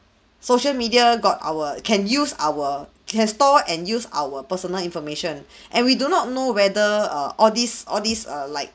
social media got our can use our can store and use our personal information and we do not know whether err all this all this err like